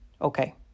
Okay